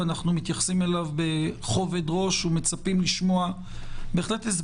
ואנו מתייחסים אליו בכובד ראש ומצפים לשמוע הסברים,